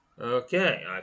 Okay